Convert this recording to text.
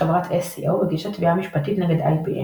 חברת SCO הגישה תביעה משפטית נגד IBM,